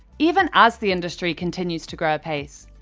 even as the industry continues to grow apace,